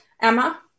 Emma